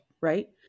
right